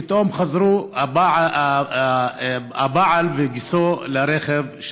פתאום חזרו הבעל וגיסו לרכב.